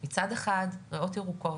מצד אחד ריאות ירוקות,